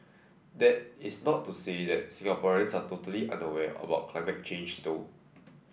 that is not to say that Singaporeans are totally unaware about climate change though